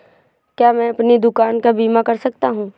क्या मैं अपनी दुकान का बीमा कर सकता हूँ?